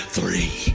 Three